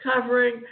covering